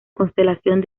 constelación